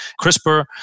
CRISPR